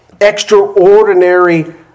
extraordinary